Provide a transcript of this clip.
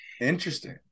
interesting